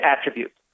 attributes